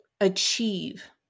achieve